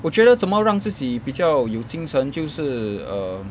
我觉得怎么让自己比较有精神就是 um